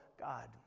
God